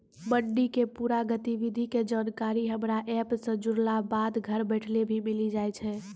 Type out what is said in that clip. मंडी के पूरा गतिविधि के जानकारी हमरा एप सॅ जुड़ला बाद घर बैठले भी मिलि जाय छै